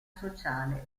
sociale